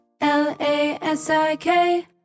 L-A-S-I-K